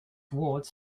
wards